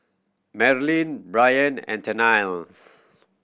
Marilyn Brien and Tennille